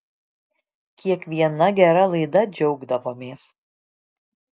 kiekviena gera laida džiaugdavomės